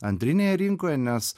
antrinėje rinkoje nes